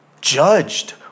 Judged